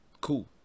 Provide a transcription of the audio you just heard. cool